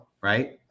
right